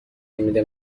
نمیده